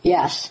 Yes